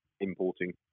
importing